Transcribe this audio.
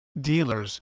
dealers